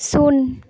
ᱥᱩᱱ